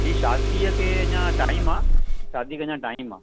जी शादीअ खे अञा टाईम आहे शादीअ खे अञा टाईम आहे